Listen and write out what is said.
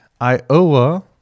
iowa